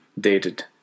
dated